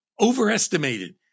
overestimated